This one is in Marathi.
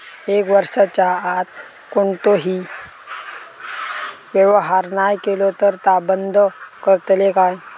एक वर्षाच्या आत कोणतोही व्यवहार नाय केलो तर ता बंद करतले काय?